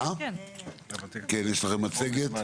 יש לכם מצגת?